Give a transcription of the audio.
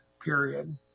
period